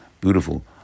beautiful